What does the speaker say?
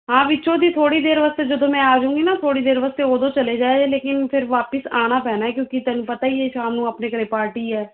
ਹਾਂ ਵਿੱਚੋਂ ਦੀ ਥੋੜੀ ਦੇਰ ਵਾਸਤੇ ਜਦੋਂ ਮੈਂ ਆਜੇਗੀ ਨਾ ਥੋੜੀ ਦੇਰ ਵਾਸਤੇ ਉਦੋਂ ਚਲੇ ਜਾਏ ਲੇਕਿਨ ਫਿਰ ਵਾਪਸ ਆਉਣਾ ਪੈਣਾ ਕਿਉਂਕਿ ਤੈਨੂੰ ਪਤਾ ਹੀ ਨਹੀਂ ਸ਼ਾਮ ਨੂੰ ਆਪਣੇ ਘਰੇ ਪਾਰਟੀ ਐ